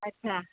अच्छा